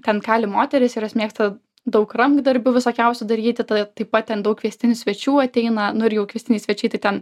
ten kali moterys ir jos mėgsta daug rankdarbių visokiausių daryti tada taip pat ten daug kviestinių svečių ateina nu ir jau kviestiniai svečiai tai ten